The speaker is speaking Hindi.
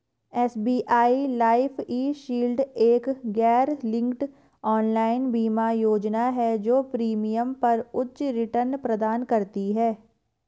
एस.बी.आई लाइफ ई.शील्ड एक गैरलिंक्ड ऑनलाइन बीमा योजना है जो प्रीमियम पर उच्च रिटर्न प्रदान करती है